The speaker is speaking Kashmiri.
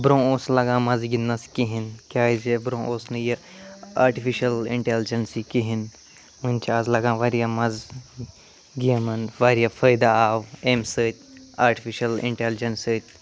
برٛونٛہہ اوس نہٕ لَگان مَزٕ گِنٛدنَس کِہیٖنۍ کیٛازِ برٛونٛہہ اوس نہٕ یہِ آرٹِفِشَل اِنٛٹٮ۪لِجٮ۪نسی کِہیٖنۍ وٕنۍ چھِ آز لگان واریاہ مَزٕ گیمَن واریاہ فٲیدٕ آو اَمہِ سۭتۍ آرٹفِشَل اِنٹٮ۪لِجٮ۪نٕس سۭتۍ